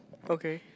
okay